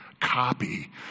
copy